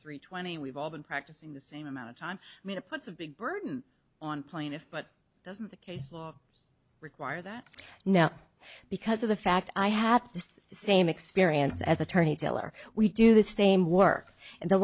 three twenty we've all been practicing the same amount of time i mean it puts a big burden on plaintiff but doesn't the case law require that now because of the fact i had this same experience as attorney taylor we do the same work in the